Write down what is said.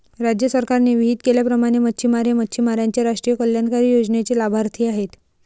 राज्य सरकारने विहित केल्याप्रमाणे मच्छिमार हे मच्छिमारांच्या राष्ट्रीय कल्याणकारी योजनेचे लाभार्थी आहेत